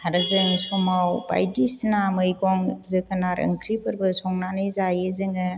आरो जों समाव बायदिसिना मैगं जोगोनार ओंख्रिफोरबो संनानै जायो जोङो